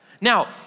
Now